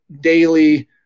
daily